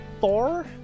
Thor